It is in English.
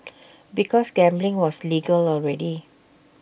because gambling was legal already